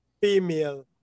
female